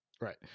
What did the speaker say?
Right